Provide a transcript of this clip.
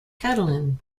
catalan